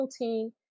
routine